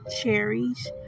cherries